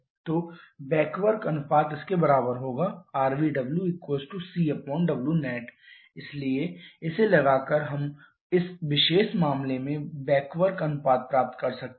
तो back work अनुपात इसके बराबर होगा rbwcwnet इसलिए इसे लगाकर हम इस विशेष मामले में बैक वर्क अनुपात प्राप्त कर सकते हैं